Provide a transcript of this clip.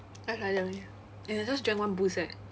just like that only and I just drank one boost eh